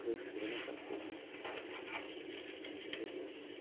गोसोब्लानो सानस्रियो सानस्रियो